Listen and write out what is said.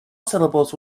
syllables